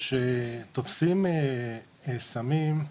כשתופסים סמים,